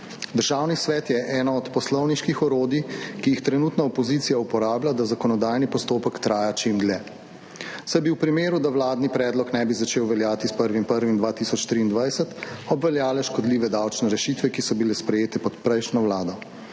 Državni svet je eno od poslovniških orodij, ki jih trenutno opozicija uporablja, da zakonodajni postopek traja čim dlje, saj bi v primeru, da vladni predlog ne bi začel veljati s 1. 1. 2023, obveljale škodljive davčne rešitve, ki so bile sprejete pod prejšnjo Vlado